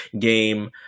game